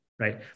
right